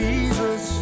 Jesus